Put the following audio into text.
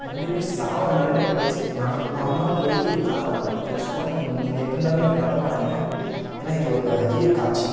ரெண்டுமே சாகற நிலமைக்கு போய்டிச்சு நான் நான் தான் போய் காப்பாற்றுன்னே இதை சொன்னால் நீங்க நீங்கள் எப்படி இருந்தாலும் நீங்கள் நம்ப மாட்டீங்க ஏன்னா இது ஒரு அரிய காட்சி